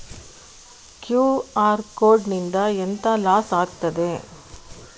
QR code ನಿಂದ ಎಂತ loss ಆಗ್ತದೆ?